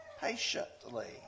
patiently